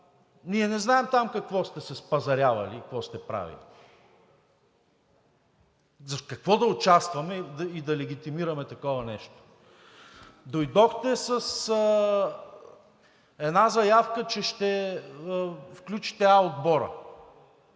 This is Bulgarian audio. ние не знаем там какво сте се спазарявали и какво сте правили – в какво да участваме и да легитимираме такова нещо. Дойдохте с една заявка, че ще включите А отбора